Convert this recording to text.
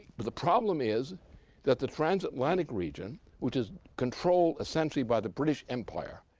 but the problem is that the trans-atlantic region which is controlled, essentially, by the british empire,